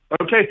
okay